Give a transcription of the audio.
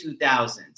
2000s